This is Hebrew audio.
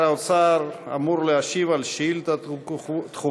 היה, ולא יכול יהיה, להיות פה אחרת.